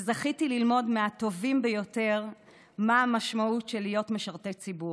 וזכיתי ללמוד מהטובים ביותר מה המשמעות של להיות משרתי ציבור.